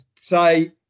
say